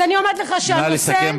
אז אני אומרת לך שהנושא, נא לסכם.